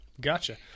Gotcha